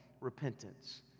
repentance